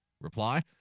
Reply